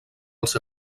els